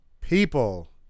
People